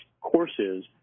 courses